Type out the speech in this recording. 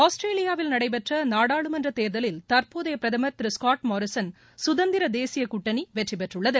ஆஸ்திரேலியாவில் நடைபெற்ற நாடாளுமன்ற தேர்தலில் தற்போதைய பிரதமர் திரு ஸ்காட் மோரிசனின் குதந்திர தேசிய கூட்டணி வெற்றி பெற்றுள்ளது